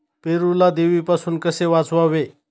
पेरूला देवीपासून कसे वाचवावे?